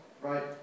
right